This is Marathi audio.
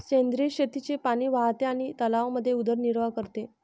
सेंद्रिय शेतीचे पाणी वाहते आणि तलावांमध्ये उदरनिर्वाह करते